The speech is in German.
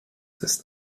ist